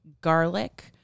garlic